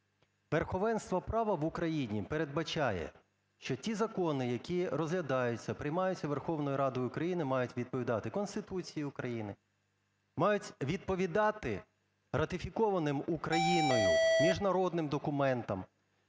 Верховенство права в Україні передбачає, що ті закони, які розглядаються, приймаються Верховною Радою України, мають відповідати Конституції України, мають відповідати ратифікованим Україною міжнародним документам.